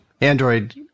Android